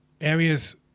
areas